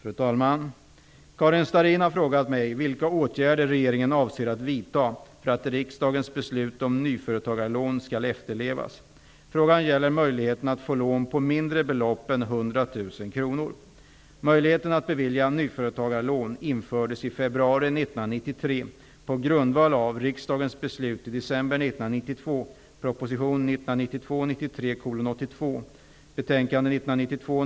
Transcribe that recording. Fru talman! Karin Starrin har frågat mig vilka åtgärder regeringen avser att vidta för att riksdagens beslut om nyföretagarlån skall efterlevas. Frågan gäller möjligheten att få lån på mindre belopp än 100 000 kr.